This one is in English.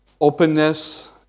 openness